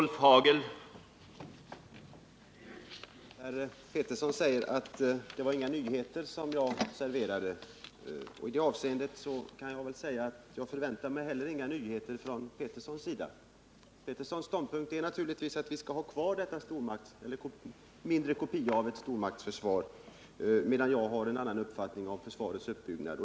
Herr talman! Per Petersson säger att det var inga nyheter som jag serverade. I det avseendet kan jag väl säga att jag förväntar mig heller inga nyheter från herr Peterssons sida. Herr Peterssons ståndpunkt är naturligtvis att vi skall ha kvar en mindre kopia av ett stormaktsförsvar, medan jag har en annan uppfattning om försvarets uppbyggnad.